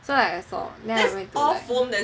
so I saw then I went to like